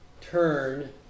turn